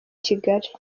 kigali